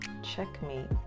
checkmate